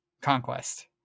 Conquest